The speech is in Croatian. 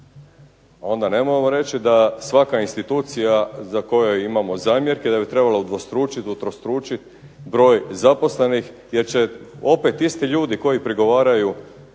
onda nemojmo reći da svaka institucija za koje imamo zamjerke da bi trebala udvostručit, utrostručit broj zaposlenih jer će opet isti ljudi koji prigovaraju